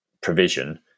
provision